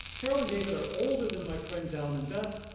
carol and david are older than my friends allen and beth.